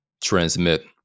transmit